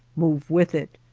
move with it.